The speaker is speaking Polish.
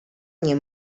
nie